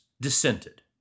dissented